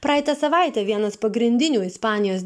praeitą savaitę vienas pagrindinių ispanijos